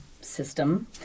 system